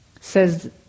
says